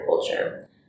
culture